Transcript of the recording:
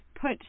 put